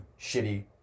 shitty